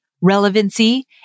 relevancy